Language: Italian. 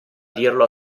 dirlo